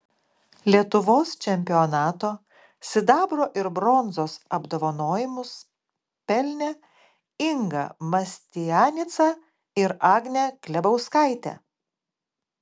lietuvos čempionato sidabro ir bronzos apdovanojimus pelnė inga mastianica ir agnė klebauskaitė